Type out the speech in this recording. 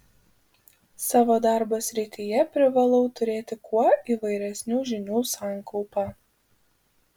savo darbo srityje privalau turėti kuo įvairesnių žinių sankaupą